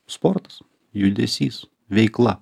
sportas judesys veikla